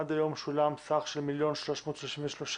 עד היום שולם סך של 1,333,000 מיליון.